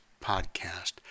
podcast